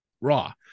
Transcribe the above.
raw